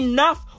Enough